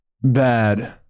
Bad